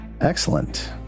Excellent